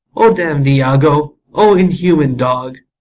o damn'd iago! o inhuman dog!